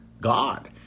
God